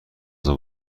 غذا